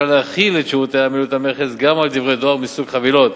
להחיל את שירותי עמילות המכס גם על דברי דואר מסוג חבילות,